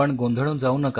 पण गोंधळून जाऊ नका